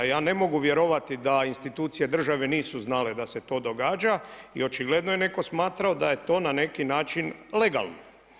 Ja ne mogu vjerovati da institucije države nisu znale da se to događa i očigledno je netko smatrao da je to na neki način legalno.